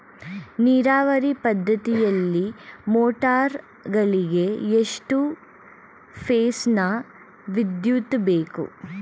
ನೀರಾವರಿ ಪದ್ಧತಿಯಲ್ಲಿ ಮೋಟಾರ್ ಗಳಿಗೆ ಎಷ್ಟು ಫೇಸ್ ನ ವಿದ್ಯುತ್ ಬೇಕು?